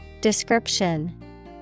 Description